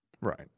Right